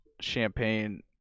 Champagne